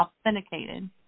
Authenticated